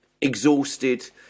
exhausted